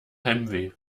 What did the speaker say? heimweh